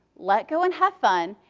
let go and have fun,